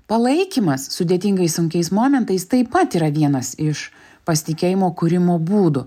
palaikymas sudėtingais sunkiais momentais taip pat yra vienas iš pasitikėjimo kūrimo būdų